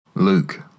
Luke